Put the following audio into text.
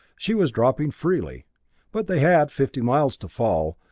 she was dropping freely but they had fifty miles to fall,